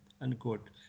unquote